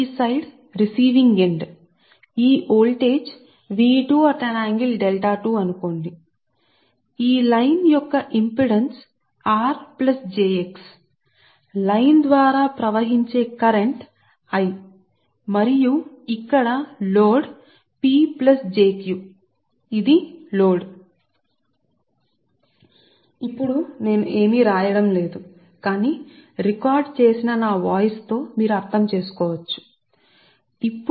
ఈ side receiving end sending end voltage పంపుతోంది ఈ వైపు సెండింగ్ ఎండ్ స్వీకరిస్తోంది ఎండ్ వోల్టేజ్ పంపుతోంది లైన్ యొక్క ఈ ఇంపెడెన్స్ r jx ఈ లైన్ ద్వారా ప్రవహించే కరెంట్ నేను మరియు ఇక్కడ మీ లోడ్ P j Q ఇది లోడ్ సరే ఇప్పుడు నేను ఏమీ వ్రాయుట లేదు కాని నా రికార్డ్ చేసిన వాయిస్ మీరు చేయగలరు సరే